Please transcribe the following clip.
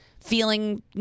feeling